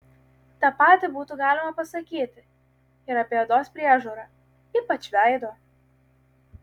tą patį būtų galima pasakyti ir apie odos priežiūrą ypač veido